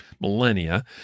millennia